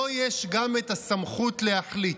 לו יש גם את הסמכות להחליט.